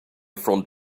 front